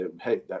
hey